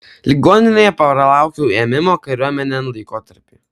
ligoninėje pralaukiau ėmimo kariuomenėn laikotarpį